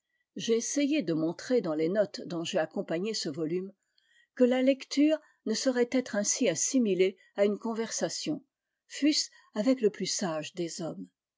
j'ai essayé de montrer dans les notes dont j'ai accompagné ce volume que la lecture ne saurait être ainsi assimile à une conversation fût-ce avec le plus sage des hommes